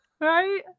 Right